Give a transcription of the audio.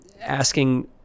asking